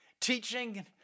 teaching